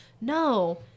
No